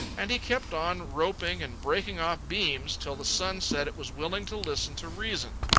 and he kept on roping and breaking off beams till the sun said it was willing to listen to reason.